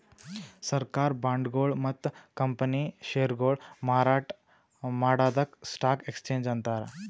ಸರ್ಕಾರ್ ಬಾಂಡ್ಗೊಳು ಮತ್ತ್ ಕಂಪನಿ ಷೇರ್ಗೊಳು ಮಾರಾಟ್ ಮಾಡದಕ್ಕ್ ಸ್ಟಾಕ್ ಎಕ್ಸ್ಚೇಂಜ್ ಅಂತಾರ